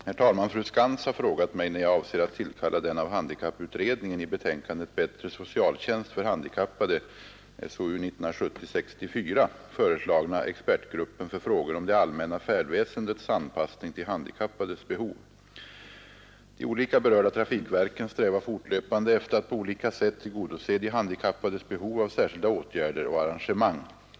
Herr talman! Fru Skantz har frågat mig när jag avser att tillkalla den av handikapputredningen i betänkandet ”Bättre socialtjänst för handikappade” föreslagna expertgruppen för frågor om det allmänna färdväsendets anpassning till handikappades behov. De olika berörda trafikverken strävar fortlöpande efter att på olika sätt tillgodose de handikappades behov av särskilda åtgärder och arrangemang.